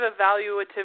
evaluative